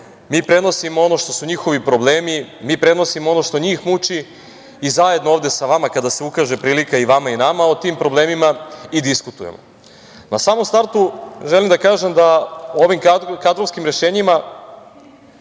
prenosimo ono što su njihovi problemi, prenosimo ono što njih muči i zajedno ovde sa nama kada se ukaže prilika i vama i nama, o tim problemima i diskutujemo. Na samom startu želim da kažem da o ovim kadrovskim rešenjima